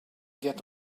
get